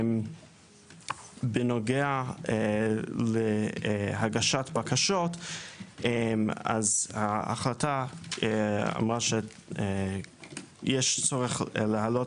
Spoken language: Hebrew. בנוגע להגשת בקשות - ההחלטה אמרה שיש צורך להעלות